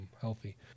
Healthy